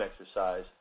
exercise